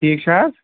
ٹھیٖک چھا حظ